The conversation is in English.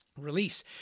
Release